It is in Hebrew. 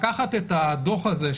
לקחת את הדוח הזה,